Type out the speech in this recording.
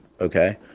okay